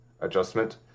adjustment